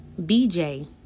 BJ